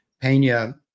Pena